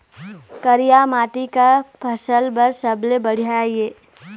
करिया माटी का फसल बर सबले बढ़िया ये?